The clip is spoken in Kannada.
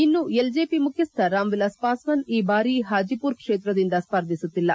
ಇನ್ನು ಎಲ್ಜೆಪಿ ಮುಖ್ಯಸ್ವ ರಾಮ್ವಿಲಾಸ್ ಪಾಸ್ವಾನ್ ಈ ಬಾರಿ ಹಾಜಿಮರ್ ಕ್ಷೇತ್ರದಿಂದ ಸ್ಪರ್ಧಿಸುತ್ತಿಲ್ಲ